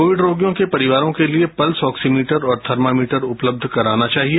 Covid रोगियों के परिवारों के लिए पल्स ऑक्सीमीटर और थर्मामीटर उपलब्ध करानाचाहिए